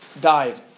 died